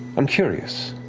i'm curious,